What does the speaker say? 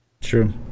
True